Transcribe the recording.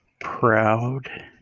proud